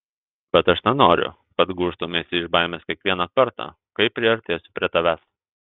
bet aš nenoriu kad gūžtumeisi iš baimės kiekvieną kartą kai priartėsiu prie tavęs